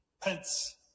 Pence